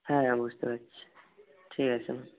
হ্যাঁ আমি বুঝতে পারছি ঠিক আছে